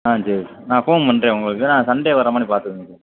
ஆ சரி நான் ஃபோன் பண்ணுறேன் உங்களுக்கு சண்டே வர்ற மாதிரி பார்த்துக்கோங்க சார்